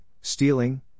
stealing